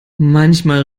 manchmal